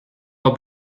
pas